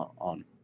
on